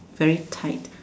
very tight